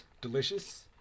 Delicious